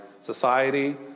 society